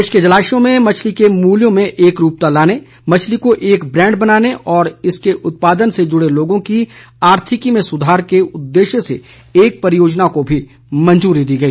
प्रदेश के जलाश्यों में मछली के मूल्यों में एकरूपता लाने मछली को एक ब्रैंड बनाने और इसके उत्पादन से जुड़े लोगों की आर्थिकी में सुधार के उद्देश्य से एक परियोजना को भी मंजूरी दी गई